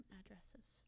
addresses